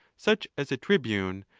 such as a tribune,